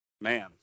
man